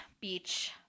beach